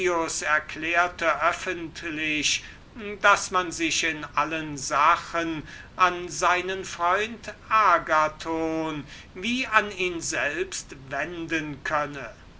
erklärte öffentlich daß man sich in allen sachen an seinen freund agathon wie an ihn selbst wenden könne